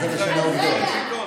מה זה משנה העובדות?